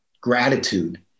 gratitude